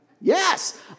Yes